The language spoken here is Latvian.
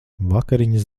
vakariņas